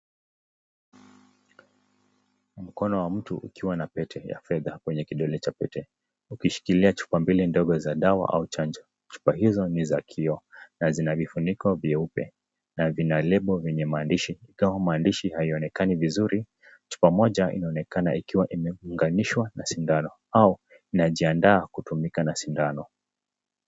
Mkono wa mtu ukiwa na pete ya fedha kwwnye kidole cha pete hukishikilia chupa mbila za dawa au chanjo, chupa hizo ni za kioo, na zina vifuniko vyeupe na vina lebo vyenye maandishi kama maandishi haionekani vizuri, chupa moja inaonekana ikiwa imeunganishwa na sindano au inajianda kutumika na sidano.